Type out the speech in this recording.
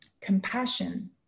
Compassion